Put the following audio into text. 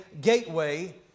gateway